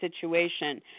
situation